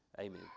amen